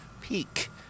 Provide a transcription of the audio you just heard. peak